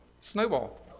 Snowball